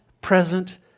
present